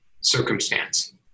circumstance